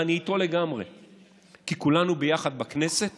ואני איתו לגמרי, כי כולנו ביחד בכנסת